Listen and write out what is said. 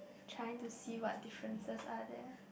trying to see what differences are there